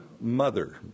mother